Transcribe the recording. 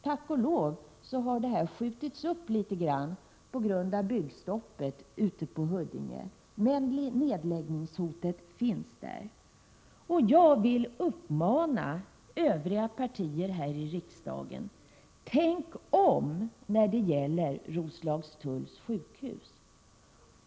Tack och lov har det skjutits upp litet på grund av byggstoppet ute i Huddinge, men nedläggningshotet finns. Jag vill uppmana övriga partier här i riksdagen att tänka om när det gäller Roslagstulls sjukhus.